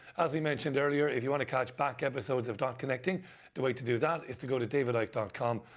as we mentioned earlier, if you want to catch back episodes of dot connecting the way to do that, is to go to davidicke com,